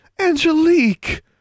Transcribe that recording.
Angelique